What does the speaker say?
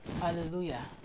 hallelujah